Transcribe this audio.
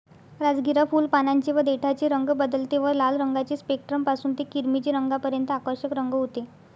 राजगिरा फुल, पानांचे व देठाचे रंग बदलते व लाल रंगाचे स्पेक्ट्रम पासून ते किरमिजी रंगापर्यंत आकर्षक रंग होते